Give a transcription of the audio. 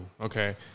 okay